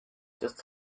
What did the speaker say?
just